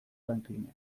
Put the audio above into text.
franklinek